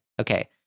Okay